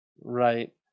Right